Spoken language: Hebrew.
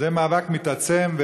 זה מאבק מתעצם,